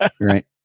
Right